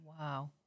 Wow